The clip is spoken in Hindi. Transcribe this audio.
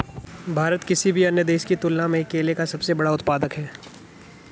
भारत किसी भी अन्य देश की तुलना में केले का सबसे बड़ा उत्पादक है